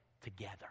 together